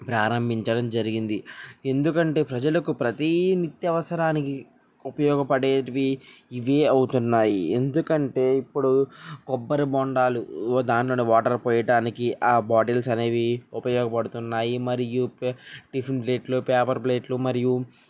ప్రారంభించడం జరిగింది ఎందుకంటే ప్రజలకు ప్రతి నిత్య అవసరానికి ఉపయోగపడేటివి ఇవి అవుతున్నాయి ఎందుకంటే ఇప్పుడు కొబ్బరి బొండాలు దాంట్లోనే వాటర్ పోయడానికి ఆ బాటిల్స్ అనేవి ఉపయోగపడుతున్నాయి మరియు టిఫిన్ ప్లేట్లు పేపర్ ప్లేట్లు మరియు